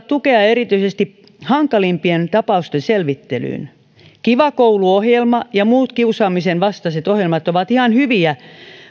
tukea erityisesti hankalimpien tapausten selvittelyyn kiva koulu ohjelma ja muut kiusaamisen vastaiset ohjelmat ovat ihan hyviä